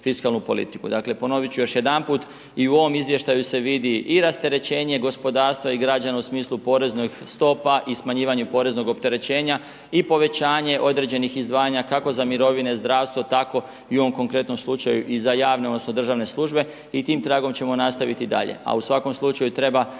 Dakle, ponoviti ću još jedanput, i ovom izvještaju se vidi i rasterećenje gospodarstva i građana u smislu poreznih stopa, i smanjivanje poreznog opterećenja i povećanje određenih izdvajanja, kako za mirovine, zdravstvo, tako i u ovom konkretnom slučaju, za javne, odnosno, državne službe i tim tragom ćemo nastaviti dalje.